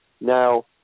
Now